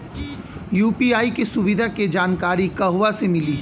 UPI के सुविधा के जानकारी कहवा से मिली?